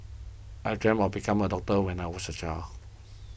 I dreamt of become a doctor when I was a child